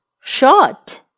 Short